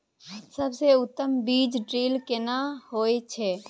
सबसे उत्तम बीज ड्रिल केना होए छै?